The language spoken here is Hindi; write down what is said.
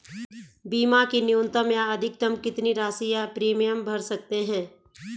बीमा की न्यूनतम या अधिकतम कितनी राशि या प्रीमियम भर सकते हैं?